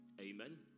Amen